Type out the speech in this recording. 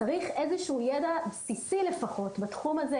צריך איזשהו ידע בסיסי לפחות בתחום הזה,